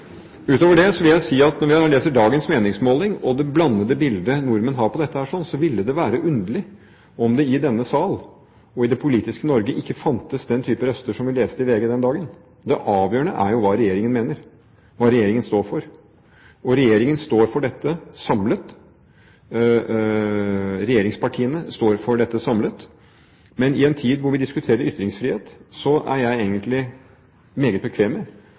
Utover det vil jeg si at når jeg leser dagens meningsmåling og det blandede bildet nordmenn har på dette, ville det være underlig om det i denne sal og i det politiske Norge ikke fantes den type røster som vi leste om i VG den dagen. Det avgjørende er jo hva Regjeringen mener, og hva Regjeringen står for, og regjeringspartiene står for dette samlet. Men i en tid hvor vi diskuterer ytringsfrihet, er jeg egentlig meget bekvem med